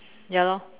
ya lor